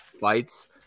fights